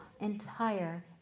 entire